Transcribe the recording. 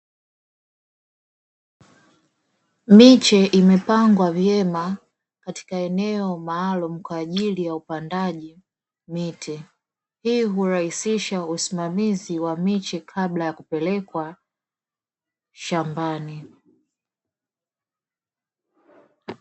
Mishe imepangwa vyema katika eneo maalum kwaajili ya upandaji miti, hii urahisisha usamimizi kabla ya kupelekwa shambani.